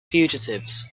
fugitives